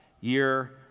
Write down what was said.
year